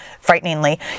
frighteningly